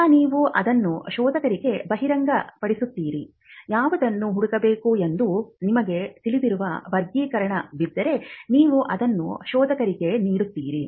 ನಂತರ ನೀವು ಅದನ್ನು ಶೋಧಕರಿಗೆ ಬಹಿರಂಗಪಡಿಸುತ್ತೀರಿ ಯಾವುದನ್ನು ಹುಡುಕಬೇಕು ಎಂದು ನಿಮಗೆ ತಿಳಿದಿರುವ ವರ್ಗೀಕರಣವಿದ್ದರೆ ನೀವು ಅದನ್ನು ಶೋಧಕರಿಗೆ ನೀಡುತ್ತೀರಿ